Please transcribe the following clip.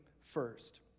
first